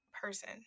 person